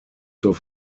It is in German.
zur